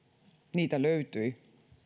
niitä löytyi